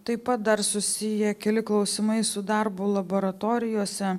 taip pat dar susiję keli klausimai su darbu laboratorijose